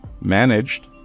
managed